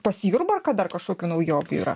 pas jurbarką dar kažkokių naujovių yra